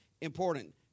important